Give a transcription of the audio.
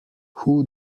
who